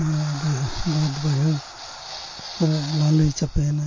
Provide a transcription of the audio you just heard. ᱢᱟᱱᱮ ᱵᱟᱹᱫᱽ ᱵᱟᱹᱭᱦᱟᱹᱲ ᱠᱚ ᱞᱟᱞᱮ ᱪᱟᱯᱮᱭᱮᱱᱟ